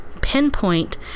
Pinpoint